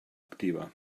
activa